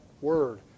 word